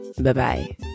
Bye-bye